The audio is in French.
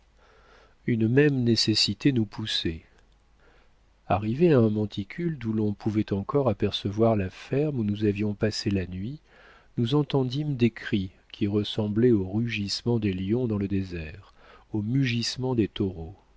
une même nécessité nous poussait arrivés à un monticule d'où l'on pouvait encore apercevoir la ferme où nous avions passé la nuit nous entendîmes des cris qui ressemblaient au rugissement des lions du désert au mugissement des taureaux